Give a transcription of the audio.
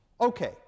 Okay